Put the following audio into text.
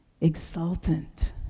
exultant